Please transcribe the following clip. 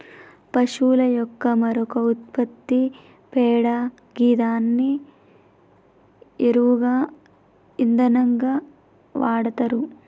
పశువుల యొక్క మరొక ఉత్పత్తి పేడ గిదాన్ని ఎరువుగా ఇంధనంగా వాడతరు